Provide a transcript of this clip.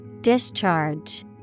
Discharge